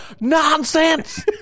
Nonsense